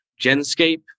Genscape